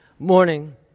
Morning